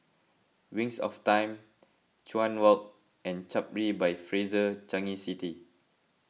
Wings of Time Chuan Walk and Capri by Fraser Changi City